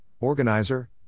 organizer